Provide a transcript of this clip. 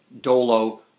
Dolo